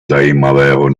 zajímavého